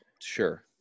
sure